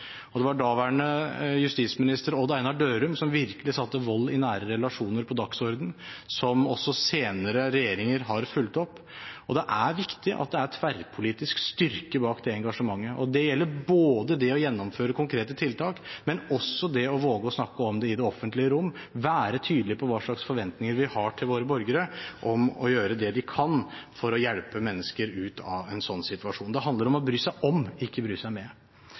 Det var daværende justisminister Odd Einar Dørum som virkelig satte vold i nære relasjoner på dagsordenen, noe som også senere regjeringer har fulgt opp. Og det er viktig at det er tverrpolitisk styrke bak det engasjementet. Det gjelder både det å gjennomføre konkrete tiltak og også det å våge å snakke om det i det offentlige rom og være tydelige på hva slags forventninger vi har til våre borgere om å gjøre det de kan for å hjelpe mennesker ut av en sånn situasjon. Det handler om å bry seg om – ikke om å bry seg med.